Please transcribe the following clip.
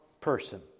person